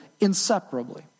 inseparably